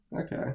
Okay